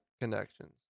connections